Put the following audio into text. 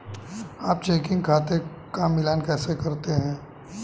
आप एक चेकिंग खाते का मिलान कैसे करते हैं?